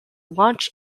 launch